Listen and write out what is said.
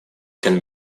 can